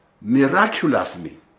miraculously